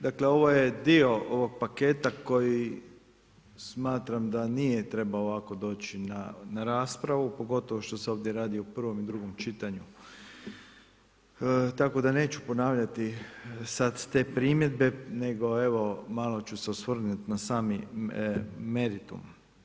Dakle, ovo je dio ovog paketa koji smatram da nije trebao ovako doći na raspravu pogotovo što se ovdje radi o prvom i drugom čitanju, tako da neću ponavljati te primjedbe, nego evo malo ću se osvrnuti na sami meritum.